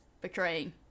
betraying